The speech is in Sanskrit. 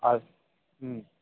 अस्